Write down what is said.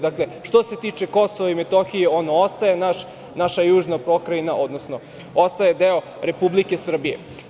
Dakle, što se tiče Kosova i Metohije ono ostaje naša južna pokrajina, odnosno ostaje deo Republike Srbije.